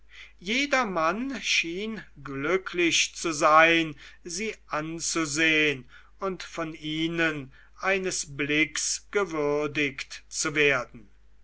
jedermann schien glücklich zu sein sie anzusehn und von ihnen eines blickes gewürdigt zu werden